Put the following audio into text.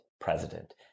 president